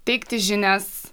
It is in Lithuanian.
teikti žinias